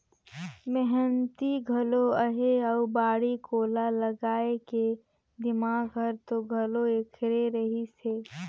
मेहनती घलो अहे अउ बाड़ी कोला लगाए के दिमाक हर तो घलो ऐखरे रहिस हे